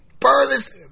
furthest